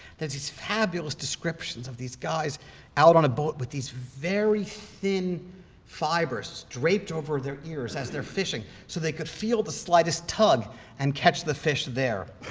there's these fabulous descriptions of these guys out on a boat with these very thin fibers draped over their ears as they're fishing so they could feel the slightest tug and catch the fish there.